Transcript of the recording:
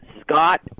Scott